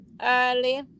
early